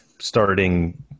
starting